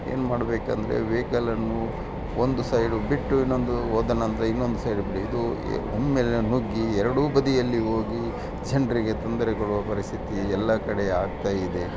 ಏನು ಮಾಡಬೇಕಂದ್ರೆ ವೈಕಲನ್ನು ಒಂದು ಸೈಡ್ ಬಿಟ್ಟು ಇನ್ನೊಂದು ಹೋದ ನಂತರ ಇನ್ನೊಂದು ಸೈಡ್ ಬಿಡಿ ಇದು ಒಮ್ಮೆಲೆ ನುಗ್ಗಿ ಎರಡೂ ಬದಿಯಲ್ಲಿ ಹೋಗಿ ಜನರಿಗೆ ತೊಂದರೆ ಕೊಡುವ ಪರಿಸ್ಥಿತಿ ಎಲ್ಲ ಕಡೆ ಆಗ್ತಾಯಿದೆ